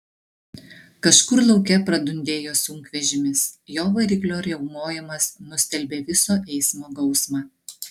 kažkur lauke pradundėjo sunkvežimis jo variklio riaumojimas nustelbė viso eismo gausmą